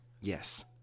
Yes